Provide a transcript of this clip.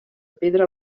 pedra